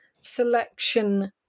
Selection